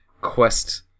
Quest